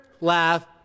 laugh